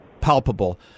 palpable